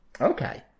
Okay